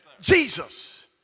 Jesus